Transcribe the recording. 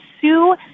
sue